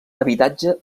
habitatge